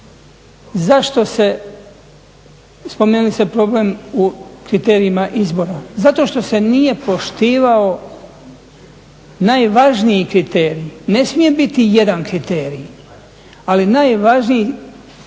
Zašto se, spomenuli ste problem u kriterijima izbora, zato što se nije poštivao najvažniji kriterij. Ne smije biti jedan kriterij, ali najvažniji izvrsnost